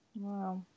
Wow